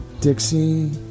Dixie